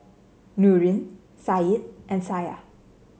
Nurin Said and Syah